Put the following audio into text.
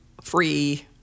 free